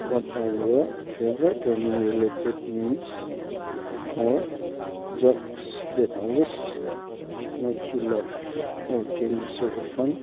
what are your favourite running related memes or jokes that always make you laugh or can you say a fund